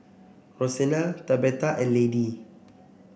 Rosena Tabetha and Lady